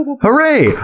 Hooray